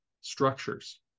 structures